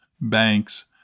banks